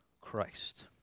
Christ